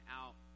out